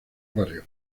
barrio